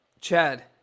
chad